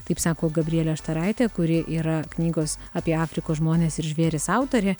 taip sako gabrielė štaraitė kuri yra knygos apie afrikos žmones ir žvėris autorė